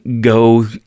go